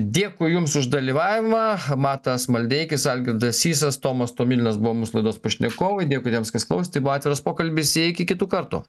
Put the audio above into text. dėkui jums už dalyvavimą matas maldeikis algirdas sysas tomas tomilinas buvo mūsų laidos pašnekovai dėkui tiems kas klausė tai buvo atviras pokalbis iki kitų kartų